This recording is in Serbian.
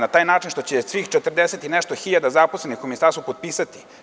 Na taj način što će svih 40 i nešto hiljada zaposlenih u Ministarstvu potpisati?